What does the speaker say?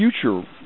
future